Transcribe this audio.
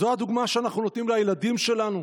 זו הדוגמה שאנחנו נותנים לילדים שלנו?